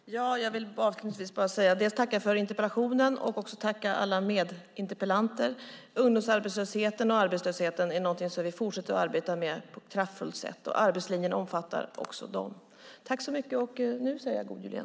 Fru talman! Jag vill avslutningsvis tacka för interpellationen och tacka alla medinterpellanter. Ungdomsarbetslösheten och arbetslösheten är någonting som vi fortsätter att arbeta med på ett kraftfullt sätt, och arbetslinjen omfattar också dem. Nu säger jag god jul igen.